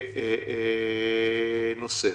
נוספת.